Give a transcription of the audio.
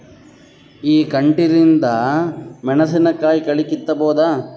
ಈ ಕಂಟಿಲಿಂದ ಮೆಣಸಿನಕಾಯಿ ಕಳಿ ಕಿತ್ತಬೋದ?